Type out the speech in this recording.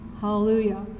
Hallelujah